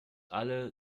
alle